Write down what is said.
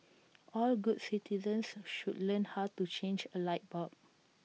all good citizens should learn how to change A light bulb